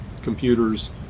computers